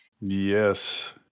Yes